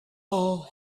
all